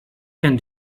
can